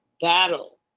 battle